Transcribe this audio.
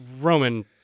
Roman